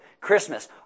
Christmas